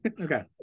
Okay